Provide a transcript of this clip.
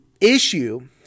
issue